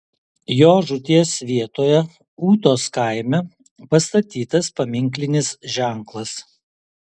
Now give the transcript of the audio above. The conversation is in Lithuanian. jo žūties vietoje ūtos kaime pastatytas paminklinis ženklas